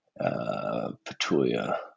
Petulia